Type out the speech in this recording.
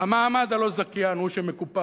הלא-זכיין הוא שמקופח.